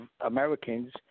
Americans